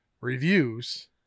reviews